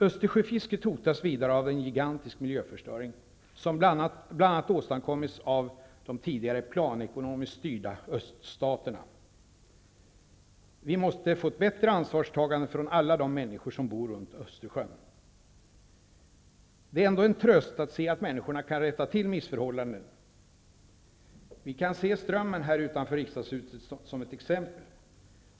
Östersjöfisket hotas vidare av en gigantisk miljöförstöring, som bl.a. har åstadkommits av de tidigare planekonomiskt styrda öststaterna. Vi måste få ett bättre ansvarstagande från alla de människor som bor runt Östersjön. Det är ändå en tröst att se att människor kan rätta till missförhållanden. Vi kan se Strömmen utanför riksdagshuset som ett exempel.